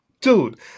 dude